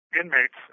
inmates